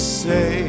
say